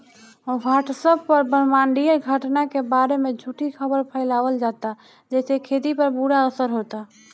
WhatsApp पर ब्रह्माण्डीय घटना के बारे में झूठी खबर फैलावल जाता जेसे खेती पर बुरा असर होता